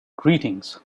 greetings